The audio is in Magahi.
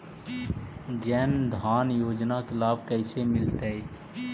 जन धान योजना के लाभ कैसे मिलतै?